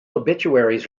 obituaries